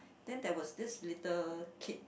then there was this little kid